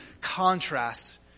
contrast